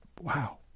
wow